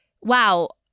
wow